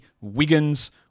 Wiggins